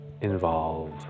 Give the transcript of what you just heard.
involve